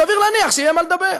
סביר להניח שיהיה מה לדבר.